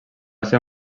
ser